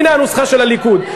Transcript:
הנה הנוסחה של הליכוד.